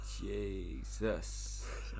Jesus